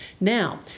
Now